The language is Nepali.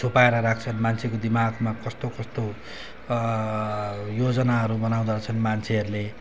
छुपाएर राख्छन् मान्छेको दिमागमा कस्तो कस्तो योजनाहरू बनाउँदा रहेछन् मान्छेहरूले